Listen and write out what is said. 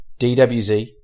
DWZ